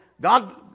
God